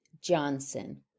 Johnson